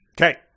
Okay